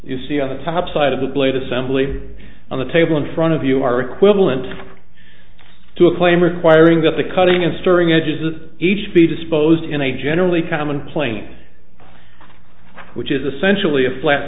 you see on the top side of the blade assembly on the table in front of you are equivalent to a claim requiring that the cutting and storing edges of each be disposed in a generally common plane which is essentially a flat